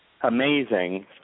amazing